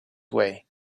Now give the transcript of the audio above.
way